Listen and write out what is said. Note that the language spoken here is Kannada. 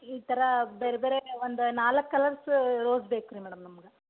ಈ ಥರ ಬೇರೆ ಬೇರೆನೇ ಒಂದು ನಾಲ್ಕು ಕಲರ್ಸ್ ರೋಜ್ ಬೇಕ್ರಿ ಮೇಡಮ್ ನಮ್ಗೆ